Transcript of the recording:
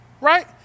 right